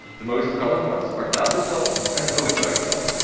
the most common ones are dazip files and override files.